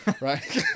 Right